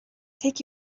take